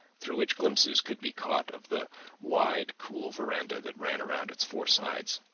through which glimpses could be caught of the wide cool veranda that ran around its four sides.